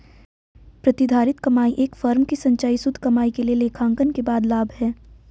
प्रतिधारित कमाई एक फर्म की संचयी शुद्ध कमाई के लिए लेखांकन के बाद लाभ है